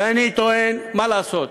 ואני טוען, מה לעשות,